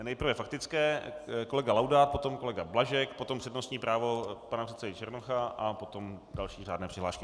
Nejprve faktické kolega Laudát, potom kolega Blažek, potom přednostní právo pana předsedy Černocha a potom další řádné přihlášky.